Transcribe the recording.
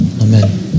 Amen